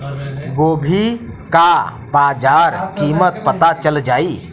गोभी का बाजार कीमत पता चल जाई?